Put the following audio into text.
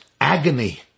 agony